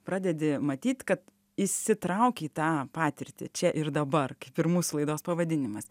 pradedi matyt kad įsitrauki į tą patirtį čia ir dabar kaip ir mūsų laidos pavadinimas